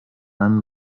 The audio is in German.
allem